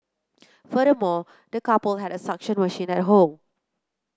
furthermore the couple had a suction machine at home